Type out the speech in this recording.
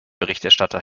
berichterstatter